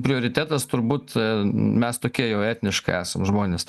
prioritetas turbūt mes tokie jau etniškai esam žmonės